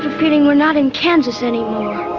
feeling we're not in kansas anymore.